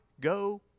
go